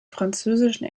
französischen